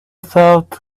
thought